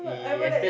I would like